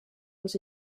was